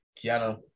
Kiana